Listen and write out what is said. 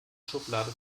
schublade